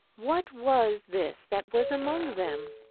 what was this that was among them?